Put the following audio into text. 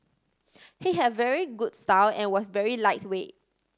he had a very good style and was very lightweight